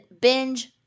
binge